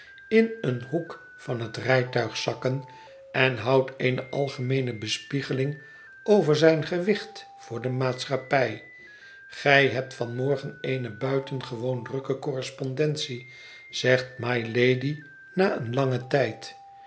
in een hoek van het rijtuig zakken en houdt eene algemeene bespiegeling over zijn gewicht voor de maatschappij gij hebt van morgen eene buitengewoon drukke correspondentie zegt mylady na een langen tijd